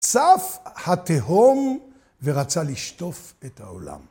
צף התהום ורצה לשטוף את העולם.